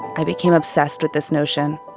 i became obsessed with this notion.